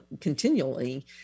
continually